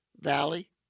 Valley